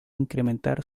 incrementar